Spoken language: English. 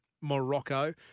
Morocco